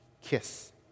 kiss